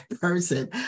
person